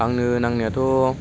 आंनो नांनायाथ'